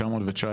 919,